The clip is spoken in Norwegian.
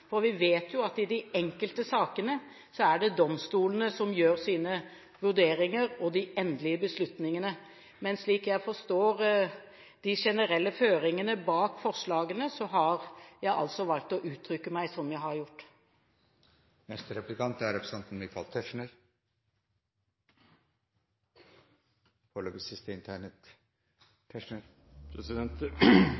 fremskrittspartirepresentantene. Vi vet jo at i de enkelte sakene er det domstolene som gjør sine vurderinger og de endelige beslutningene. Slik jeg forstår de generelle føringene bak forslagene, har jeg altså valgt å uttrykke meg som jeg har gjort. Jeg er